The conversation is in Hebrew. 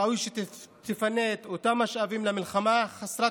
ראוי שתפנה את אותם משאבים למלחמה חסרת